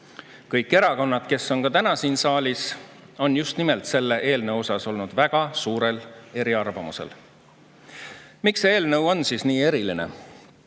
Kõigil erakondadel, kes on ka täna siin saalis, on just nimelt selle eelnõu osas olnud väga suured eriarvamused. Miks see eelnõu on siis nii eriline?